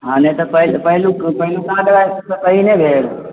हम तऽ कहलहुॅं पहिलुका दबाइ सॅं सही नहि भेल